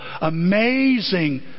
Amazing